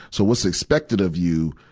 so what's expected of you,